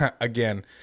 again